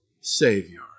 Savior